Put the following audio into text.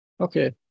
Okay